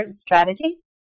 strategy